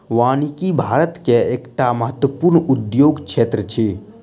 वानिकी भारत के एकटा महत्वपूर्ण उद्योग क्षेत्र अछि